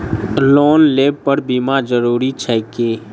Loan लेबऽ पर बीमा जरूरी छैक की?